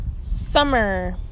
summer